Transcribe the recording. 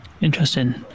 Interesting